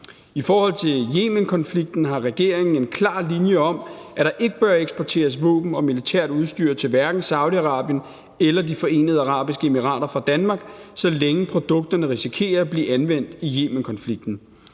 I forhold til Yemenkonflikten har regeringen en klar linje om, at der ikke bør eksporteres våben og militært udstyr fra Danmark til Saudi-Arabien og De Forenede Arabiske Emirater, så længe produkterne risikerer at blive anvendt i Yemenkonflikten.